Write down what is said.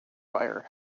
fire